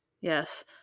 Yes